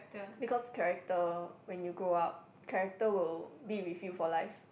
because character when you grow up character will be with you for life